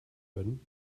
würden